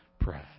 Pride